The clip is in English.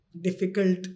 difficult